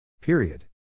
period